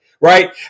Right